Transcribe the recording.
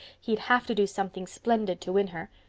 he'd have to do something splendid to win her.